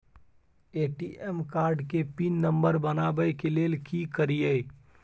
ATM card के PIN number बनाबै के लेल की करिए?